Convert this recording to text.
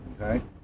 okay